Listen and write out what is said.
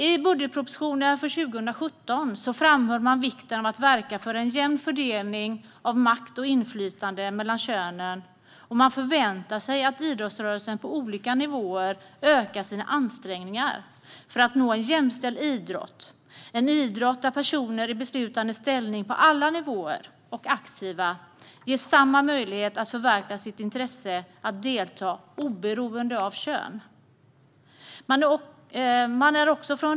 I budgetpropositionen för 2017 framhöll man vikten av att verka för en jämn fördelning av makt och inflytande mellan könen. Man förväntar sig att idrottsrörelsen på olika nivåer ökar sina ansträngningar för att nå en jämställd idrott - en idrott där personer i beslutande ställning på alla nivåer och aktiva ges samma möjlighet att förverkliga sitt intresse av att delta oberoende av kön.